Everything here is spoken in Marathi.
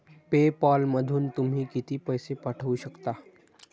पे पॅलमधून तुम्ही किती पैसे पाठवू शकता?